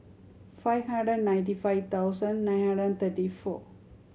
five hundred and ninety five thousand nine hundred and thirty four